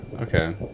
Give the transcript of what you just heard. Okay